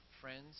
friends